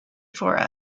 for